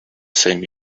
same